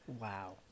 Wow